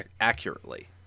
accurately